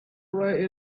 way